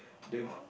the